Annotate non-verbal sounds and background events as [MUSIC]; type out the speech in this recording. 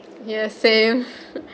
ya same [LAUGHS]